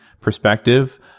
perspective